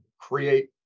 create